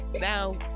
now